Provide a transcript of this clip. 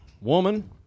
Woman